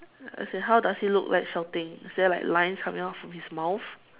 as in how does he look like shouting is there like lines coming out from his mouth